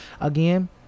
Again